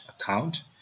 account